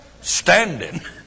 Standing